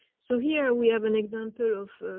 so here we have an example of